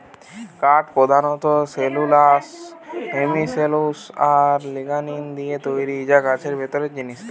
কাঠ পোধানত cellulose, hemicellulose আর লিগনিন দিয়ে তৈরি যা গাছের ভিতরের জিনিস